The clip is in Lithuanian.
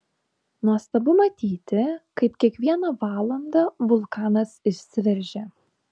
nuostabu matyti kaip kiekvieną valandą vulkanas išsiveržia